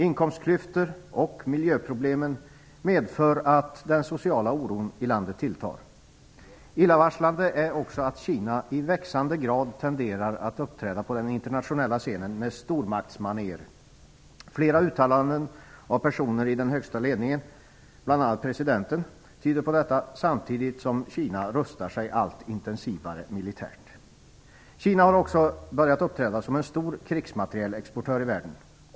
Inkomstklyftor och miljöproblem medför att den sociala oron i landet tilltar. Illavarslande är också att Kina i ökande grad tenderar att uppträda på den internationella scenen med stormaktsmaner. Flera uttalanden av personer i den högsta ledningen, bl.a. presidenten, tyder på detta. Samtidigt rustar sig Kina allt intensivare militärt. Kina har också börjat uppträda som en stor krigsmaterielexportör i världen.